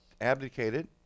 abdicated